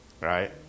right